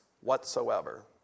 whatsoever